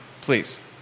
please